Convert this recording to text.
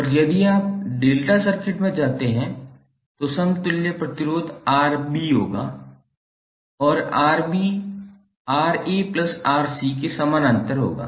और यदि आप डेल्टा सर्किट में जाते हैं तो समतुल्य प्रतिरोध Rb होगा और Rb 𝑅𝑎 𝑅𝑐 के समानांतर होगा